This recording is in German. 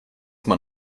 man